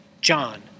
John